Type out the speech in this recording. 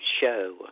show